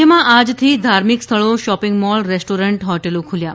રાજ્યમાં આજથી ધાર્મિક સ્થળો શોપિંગ મોલ રેસ્ટોરન્ટ હોટલો ખૂલ્યા